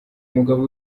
mugabo